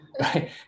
right